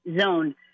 zone